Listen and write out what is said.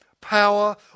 power